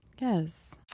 Yes